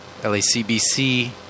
LACBC